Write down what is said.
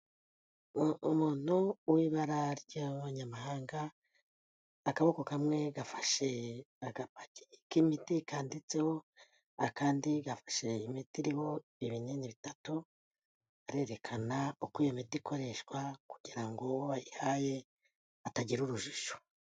Umuntu w'ibara ry'abanyamahanga, akaboko kamwe gafashe agapaki k'imiti kanditseho akandi gafashe imiti iriho ibinini bitatu, arerekana uko iyo miti ikoreshwa kugira ngo uwo bayihaye atagira urujijo.